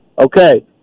Okay